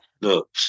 Look